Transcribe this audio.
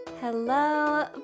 Hello